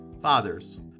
Fathers